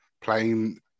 playing